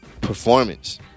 performance